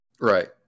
Right